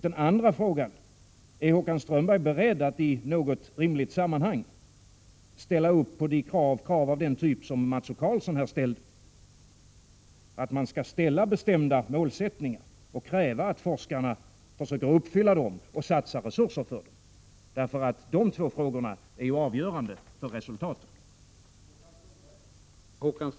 Den andra frågan är: Är Håkan Strömberg beredd att i något rimligt sammanhang ställa upp på krav av den typ som Mats O Karlsson talade om, nämligen att man skall formulera bestämda målsättningar och kräva att forskarna uppfyller dem och att man satsar resurser för att de skall kunna göra det? De två frågorna är avgörande för resultatet.